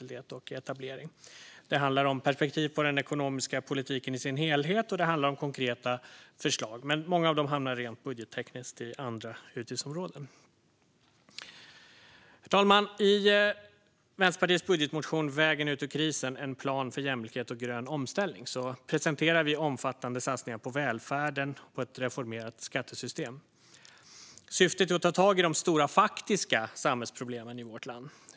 Det handlar både om perspektiv på den ekonomiska politiken i sin helhet och om konkreta förslag, men många av dem hamnar rent budgettekniskt under andra utgiftsområden. Herr talman! I Vänsterpartiets budgetmotion Vägen ut ur krisen - en plan för jämlikhet och grön omställning presenterar vi omfattande satsningar på välfärden och på ett reformerat skattesystem. Syftet är att ta tag i de stora faktiska samhällsproblemen i vårt land.